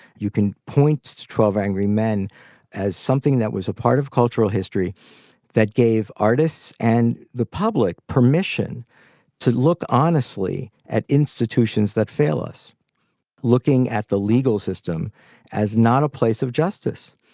you can point to twelve angry men as something that was a part of cultural history that gave artists and the public permission to look honestly at institutions that fail us looking at the legal system as not a place of justice.